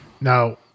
now